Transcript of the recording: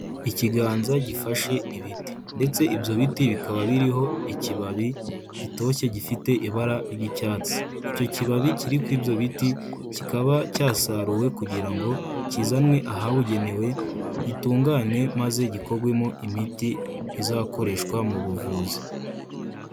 Ikiganza gifashe ibiti ndetse ibyo biti bikaba biriho ikibabi gitoshye gifite ibara ry'icyatsi, icyo kibabi kiri kuri ibyo biti, kikaba cyasaruwe kugira ngo kizanwe ahabugenewe, gitunganywe maze gikogwemo imiti izakoreshwa mu buvuzi.